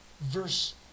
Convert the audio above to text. verse